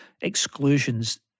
exclusions